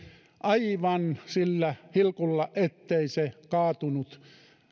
aivan sillä hilkulla ettei se kaatunut